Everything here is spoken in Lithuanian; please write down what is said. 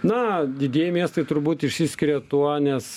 na didieji miestai turbūt išsiskiria tuo nes